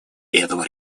этого